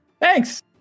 Thanks